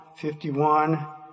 51